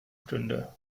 stünde